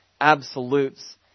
absolutes